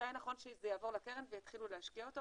מתי נכון שזה יעבור לקרן ויתחילו להשקיע אותו,